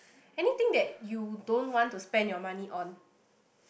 anything that you don't want to spend your money on